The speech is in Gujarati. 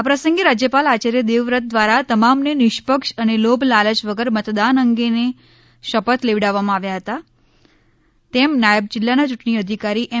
આ પ્રસંગે રાજ્યપાલ આચાર્ય દેવ વ્રત દ્વારા તમામને નિષ્પક્ષ અને લોભ લાલય વગર મતદાન અંગેને શપથ લેવડાવામાં આવ્યા હતા તેમ નાયબ જિલ્લાના યૂંટણી અધિકારી એમ